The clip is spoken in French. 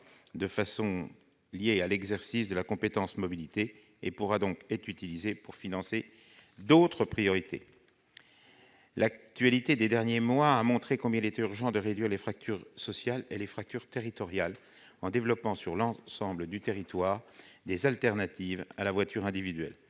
sera corrélé à l'exercice de la compétence mobilité- il pourra être utilisé pour financer d'autres priorités. L'actualité des derniers mois a montré combien il était urgent de réduire les fractures sociales et les fractures territoriales en développant sur l'ensemble du territoire des solutions de substitution à la voiture individuelle.